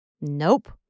Nope